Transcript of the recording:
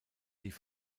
die